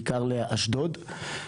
בעיקר לאשדוד,